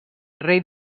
rei